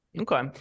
Okay